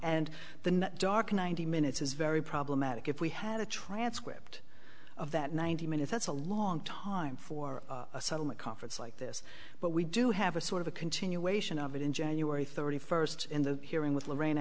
and the net dark ninety minutes is very problematic if we had a transcript of that ninety minutes that's a long time for a settlement conference like this but we do have a sort of a continuation of it in january thirty first in the hearing with lorraine